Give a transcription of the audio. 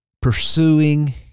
pursuing